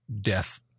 death